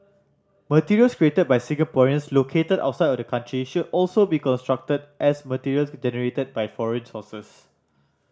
materials created by Singaporeans located outside of the country should also be construed as material generated by foreign sources